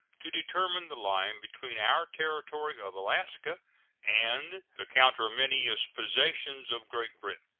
to determine the line between our territory of alaska and the conterminous possessions of great britain.